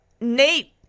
Nate